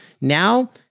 Now